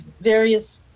various